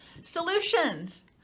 solutions